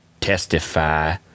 testify